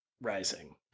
Rising